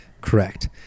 correct